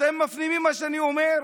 אתם מפנימים מה שאני אומר?